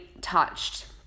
touched